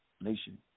nation